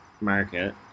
market